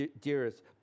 dearest